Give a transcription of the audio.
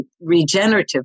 regenerative